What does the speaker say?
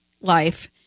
life